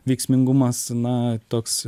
veiksmingumas na toks